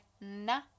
nah